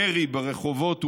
ירי ברחובות ובאירועים,